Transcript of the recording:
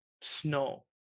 snow